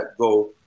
go